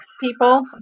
people